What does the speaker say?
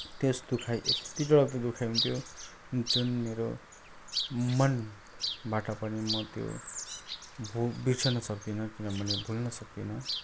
त्यस दुखाइ यत्ति डरलाग्दो दुखाई हुन्थ्यो जुन मेरो मनबाट पनि म त्यो भ बिर्सन सक्दिँन किनभने भुल्न सक्दिनँ